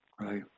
Right